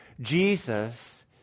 Jesus